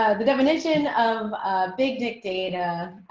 ah the definition of big big data.